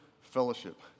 fellowship